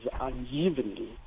unevenly